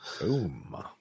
Boom